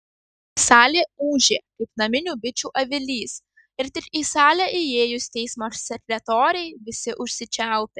salė ūžė kaip naminių bičių avilys ir tik į salę įėjus teismo sekretorei visi užsičiaupė